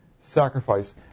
sacrifice